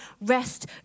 rest